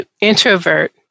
introvert